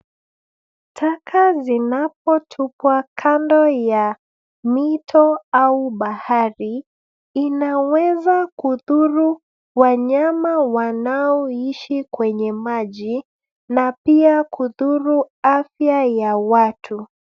Taka zinapotupwa kando ya mito au bahari, inaweza kudhuru wanyama wanaoishi kwenye maji na pia kudhuru afya ya watu.